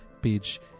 page